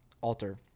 alter